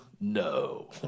No